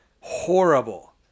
horrible